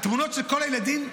התמונות של כל הילדים,